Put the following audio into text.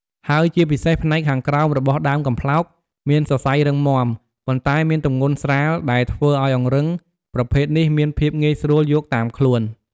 ហើយជាពិសេសផ្នែកខាងក្រោមរបស់ដើមកំប្លោក មានសរសៃរឹងមាំ ប៉ុន្តែមានទម្ងន់ស្រាល ដែលធ្វើឲ្យអង្រឹងប្រភេទនេះមានភាពងាយស្រួលយកតាមខ្លួន។